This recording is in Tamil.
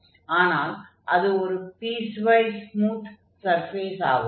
ஆனால் அது ஒரு பீஸ்வைஸ் ஸ்மூத் சர்ஃபேஸ் ஆகும்